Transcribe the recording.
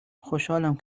خوشحالم